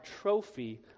trophy